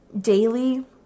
daily